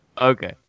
Okay